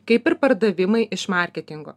kaip ir pardavimai iš marketingo